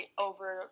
over